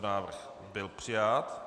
Návrh byl přijat.